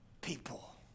people